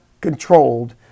controlled